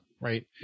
right